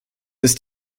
ist